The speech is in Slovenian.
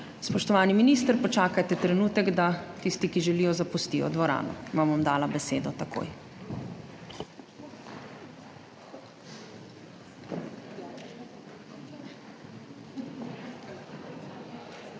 Spoštovani minister, počakajte trenutek, da tisti, ki želijo, zapustijo dvorano. Vam bom takoj dala besedo.